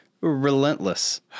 relentless